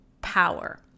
power